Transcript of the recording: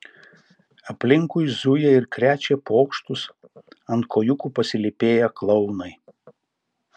aplinkui zuja ir krečia pokštus ant kojūkų pasilypėję klounai